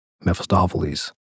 Mephistopheles